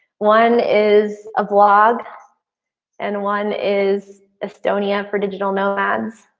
one is a vlog and one is estonia for digital nomads.